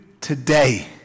today